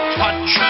touch